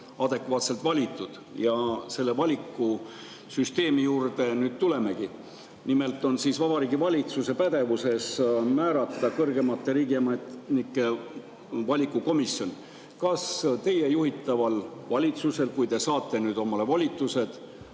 adekvaatselt valitud. Selle valikusüsteemi juurde ma tulengi. Nimelt on Vabariigi Valitsuse pädevuses määrata kõrgemate riigiametnike valiku komisjon. Kas teie juhitaval valitsusel, kui te saate omale volitused,